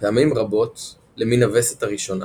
פעמים רבות למן הווסת הראשונה,